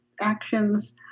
actions